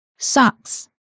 Socks